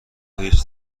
هیچ